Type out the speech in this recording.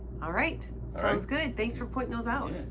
all right. sounds good thanks for pointing those out.